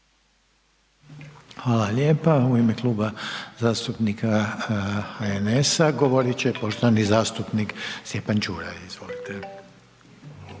Hvala lijepa. U ime Kluba zastupnika HNS-a, govoriti će poštovani zastupnik Stjepan Čuraj. Izvolite.